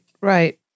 right